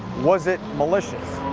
was it malicious?